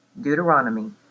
Deuteronomy